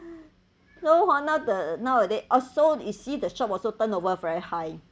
no hor now the nowadays also you see the shop also turnover very high